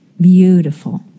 beautiful